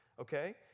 okay